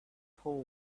hole